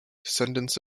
descendents